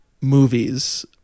movies